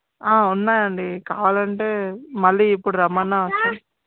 ఉన్నాయి అండి కావాలి అంటే మళ్ళీ ఇప్పుడు రమ్మన్నా వస్తాము